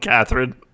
Catherine